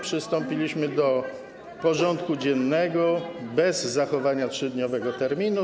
Przystąpiliśmy do porządku dziennego bez zachowania 3-dniowego terminu.